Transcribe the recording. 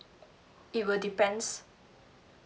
it will depends